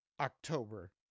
October